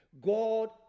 God